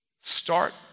Start